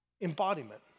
embodiment